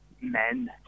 men